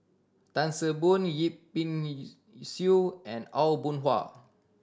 Tan See Boo Yip Pin Xiu and Aw Boon Haw